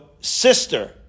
sister